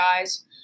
guys